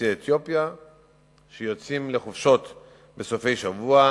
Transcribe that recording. יוצאי אתיופיה שיוצאים לחופשות בסופי שבוע,